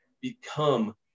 become